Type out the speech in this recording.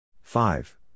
Five